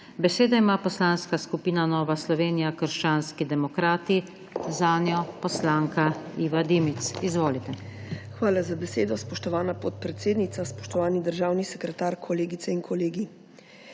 Besedo ima Poslanska skupina Nova Slovenija - krščanski demokrati, zanjo poslanka Iva Dimic. Izvolite. IVA DIMIC (PS NSi): Hvala za besedo. Spoštovana podpredsednica, spoštovani državni sekretar, kolegice in kolegi!